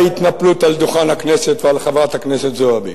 התנפלות על דוכן הכנסת ועל חברת הכנסת זועבי.